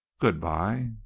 Goodbye